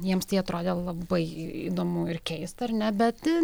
jiems tai atrodė labai įdomu ir keista ar ne bet